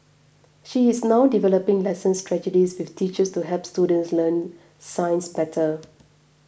she is now developing lesson strategies with teachers to help students learn science better